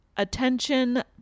Attention